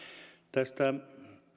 tästä